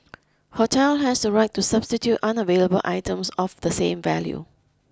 hotel has the right to substitute unavailable items of the same value